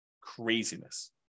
Craziness